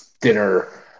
dinner